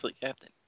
captain